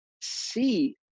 see